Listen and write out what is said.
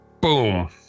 Boom